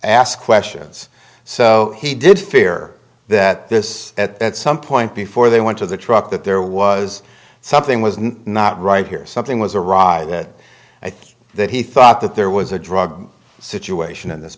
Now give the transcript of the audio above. ask questions so he did fear that this at some point before they went to the truck that there was something was not right here something was a raw that i think that he thought that there was a drug situation in this